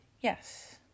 yes